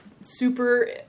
super